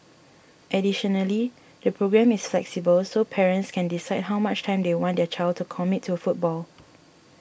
additionally the programme is flexible so parents can decide how much time they want their child to commit to football